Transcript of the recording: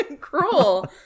cruel